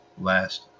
last